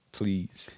please